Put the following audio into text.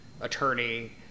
attorney